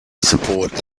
support